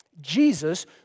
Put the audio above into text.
Jesus